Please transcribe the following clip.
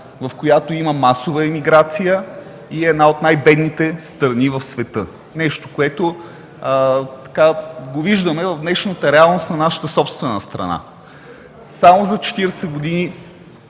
в която има масова емиграция, и е една от най-бедните страни в света – нещо, което го виждаме в днешната реалност на нашата собствена страна. Само за последните